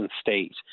state